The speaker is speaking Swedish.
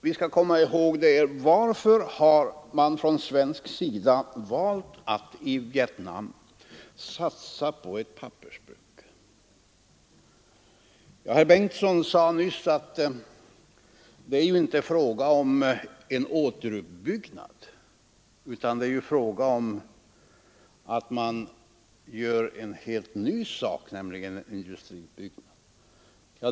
Varför har man från svensk sida valt att i Vietnam satsa på ett pappersbruk? Herr Bengtson sade nyss att det inte var fråga om någon återuppbyggnad i vanlig mening utan om ett helt nytt industribygge.